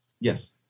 yes